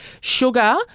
sugar